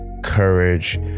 courage